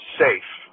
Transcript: safe